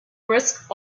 brisk